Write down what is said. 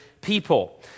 people